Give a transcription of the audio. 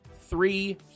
three